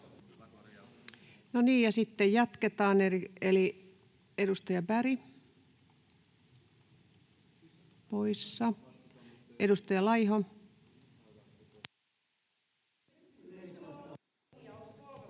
No niin, sitten jatketaan. Edustaja Berg, poissa. — Edustaja Laiho.